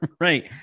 Right